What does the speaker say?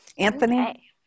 Anthony